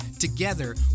Together